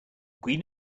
queen